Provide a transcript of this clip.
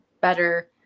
better